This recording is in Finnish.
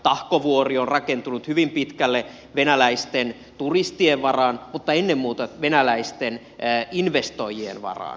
tahkovuori on rakentunut hyvin pitkälle venäläisten turistien varaan mutta ennen muuta venäläisten investoijien varaan